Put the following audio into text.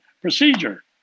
procedure